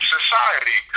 Society